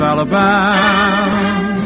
Alabama